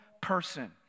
person